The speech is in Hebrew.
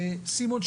סימון,